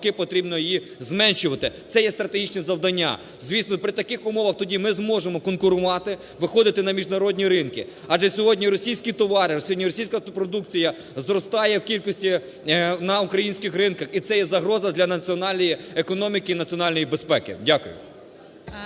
навпаки потрібно її зменшувати. Це є стратегічне завдання. Звісно, при таких умовах тоді ми зможемо конкурувати, виходити на міжнародні ринки, адже сьогодні російські товари, сьогодні російська продукція зростає у кількості на українських ринках. І це є загроза для національної економіки і національної безпеки. Дякую.